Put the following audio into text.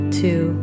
two